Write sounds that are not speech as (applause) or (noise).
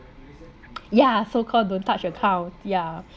(noise) ya so called don't touch account ya